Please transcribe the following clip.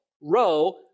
row